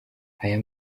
aya